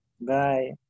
Bye